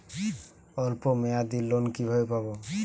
অল্প মেয়াদি লোন কিভাবে পাব?